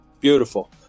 beautiful